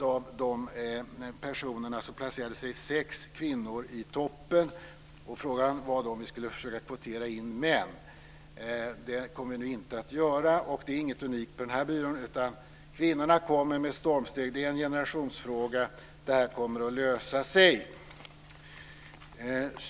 Av de personerna placerade sig sex kvinnor i toppen. Frågan var då om vi skulle försöka kvotera in män, men det kommer vi inte att göra. Detta är inget unikt för den här byrån, utan kvinnorna kommer med stormsteg. Det är en generationsfråga, och detta kommer att lösa sig.